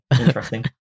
interesting